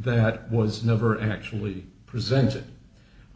that was never actually presented